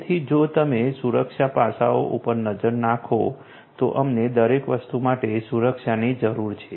તેથી જો તમે સુરક્ષા પાસાઓ પર નજર નાખો તો અમને દરેક વસ્તુ માટે સુરક્ષાની જરૂર છે